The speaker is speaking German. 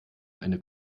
eine